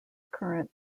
current